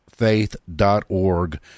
faith.org